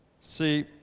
See